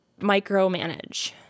micromanage